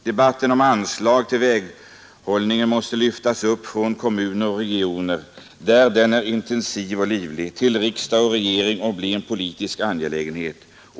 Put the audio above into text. Debatten om anslag till väghållning måste lyftas upp från kommuner och regioner — där den är intensiv och livlig — till riksdag och regering och bli en politisk angelägenhet.